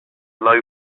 low